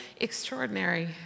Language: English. extraordinary